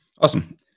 Awesome